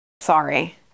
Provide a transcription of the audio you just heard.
Sorry